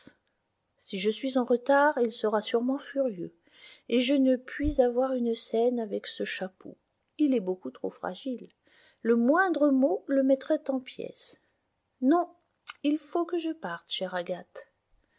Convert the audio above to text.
si je suis en retard il sera sûrement furieux et je ne puis avoir une scène avec ce chapeau il est beaucoup trop fragile le moindre mot le mettrait en pièces non il faut que je parte chère agathe